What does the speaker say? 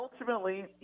ultimately